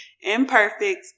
Imperfect